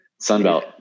Sunbelt